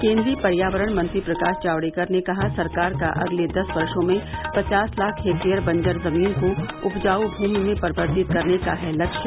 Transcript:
केन्द्रीय पर्यावरण मंत्री प्रकाश जावड़ेकर ने कहा सरकार का अगले दस वर्षो में पचास लाख हेक्टेयर बंजर ज़मीन को उपजाऊ भूमि में परिवर्तित करने का है लक्ष्य